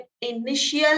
initial